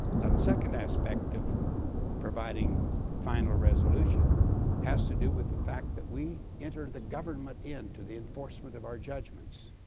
now, the second aspect of providing final resolution has to do with the fact that we entered the government in to the enforcement of our judgments.